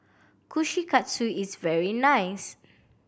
kushikatsu is very nice